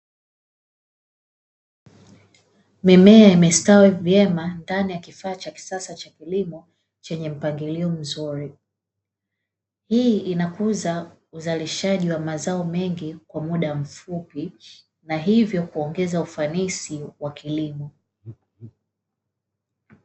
Mimea imestawi vyema ndani ya kifaa cha kisasa cha kilimo chenye mpangilio mzuri, hii inakuza uzalishaji wa mazao mengi kwa muda mfupi na hivyo kuongeza ufanisi wa kilimo.